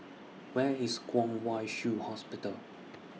Where IS Kwong Wai Shiu Hospital